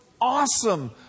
awesome